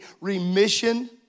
remission